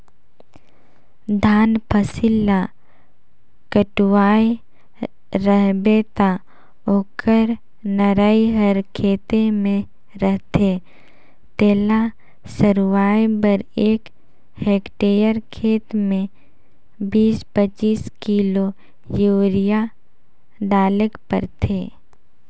धान फसिल ल कटुवाए रहबे ता ओकर नरई हर खेते में रहथे तेला सरूवाए बर एक हेक्टेयर खेत में बीस पचीस किलो यूरिया डालेक परथे